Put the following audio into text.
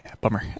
bummer